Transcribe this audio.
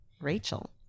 Rachel